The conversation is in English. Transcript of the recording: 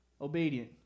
obedient